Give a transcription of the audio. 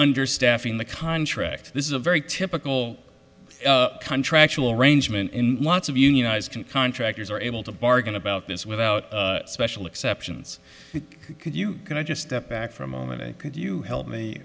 understaffing the contract this is a very typical contract will arrangement in lots of unionized contractors are able to bargain about this without special exceptions could you can i just step back for a moment and could you help me